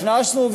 הכנסנו,